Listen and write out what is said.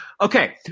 Okay